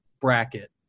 bracket